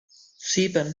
sieben